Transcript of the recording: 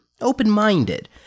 open-minded